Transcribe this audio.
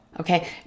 okay